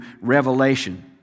Revelation